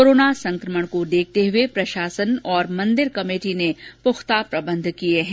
corona संकमण को देखते हुए प्रशासन और मंदिर कमेटी ने पुख्ता प्रबंध किए हैं